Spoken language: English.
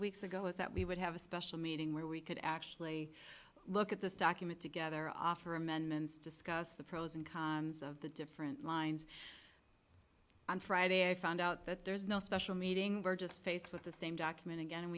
weeks ago is that we would have a special meeting where we could actually look at this document together offer amendments discuss the pros and cons of the different lines on friday i found out that there's no special meeting we're just faced with the same document again and